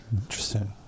Interesting